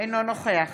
אינו נוכח